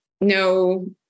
no